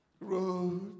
Road